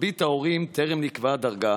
למרבית ההורים טרם נקבעה דרגה